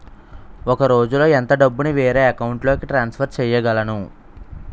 ఒక రోజులో ఎంత డబ్బుని వేరే అకౌంట్ లోకి ట్రాన్సఫర్ చేయగలను?